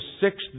sixth